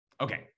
Okay